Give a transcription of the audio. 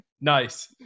Nice